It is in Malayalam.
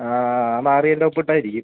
ആ ആ ഭാര്യേന്റെ ഒപ്പിട്ടായിരിക്കും